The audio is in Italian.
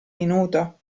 minuto